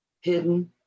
hidden